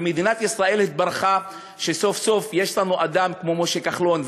ומדינת ישראל התברכה שסוף-סוף יש לנו אדם כמו משה כחלון.